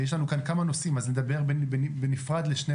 יש לנו כאן כמה נושאים, אז נדבר בנפרד לשני